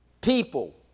people